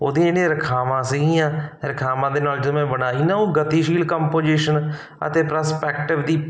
ਉਹਦੇ ਜਿਹੜੇ ਰਖਾਵਾਂ ਸੀਗੀਆਂ ਰਖਾਵਾਂ ਦੇ ਨਾਲ ਜੋ ਬਣਾਈ ਨਾ ਉਹ ਗਤੀਸ਼ੀਲ ਕੰਪੋਜੀਸ਼ਨ ਅਤੇ ਪ੍ਰੋਸਪੈਕਟਿਵ ਦੀ